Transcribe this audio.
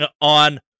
on